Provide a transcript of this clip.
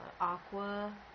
aqua